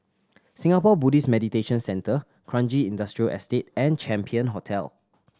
Singapore Buddhist Meditation Centre Kranji Industrial Estate and Champion Hotel